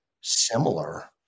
similar